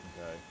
okay